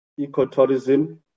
Ecotourism